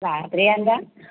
लाद्राया दां